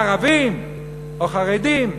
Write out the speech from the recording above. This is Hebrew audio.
ערבים או חרדים,